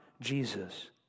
Jesus